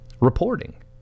reporting